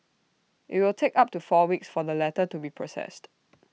IT will take up to four weeks for the letter to be processed